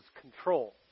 control